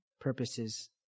purposes